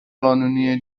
قانونیه